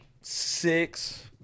six